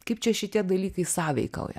kaip čia šitie dalykai sąveikauja